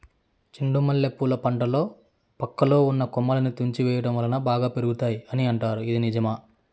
చెండు మల్లె పూల పంటలో పక్కలో ఉన్న కొమ్మలని తుంచి వేయటం వలన బాగా పెరుగుతాయి అని అంటారు ఇది నిజమా?